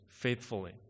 faithfully